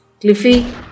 Cliffy